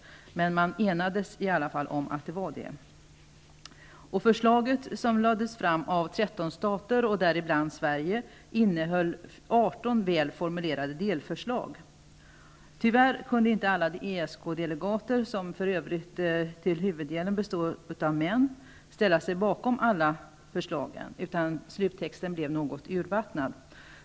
Man enades i alla fall om att det var det. Tyvärr kunde inte alla ESK-delegater, som för övrigt till huvuddelen var män, ställa sig bakom alla förslag, utan sluttexten blev något urvattnad.